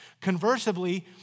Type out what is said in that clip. Conversely